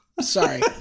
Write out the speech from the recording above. Sorry